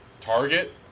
Target